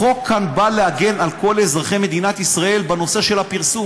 החוק כאן בא להגן על כל אזרחי מדינת ישראל בנושא של הפרסום,